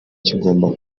kigomba